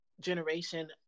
generation